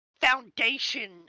foundation